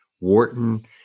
Wharton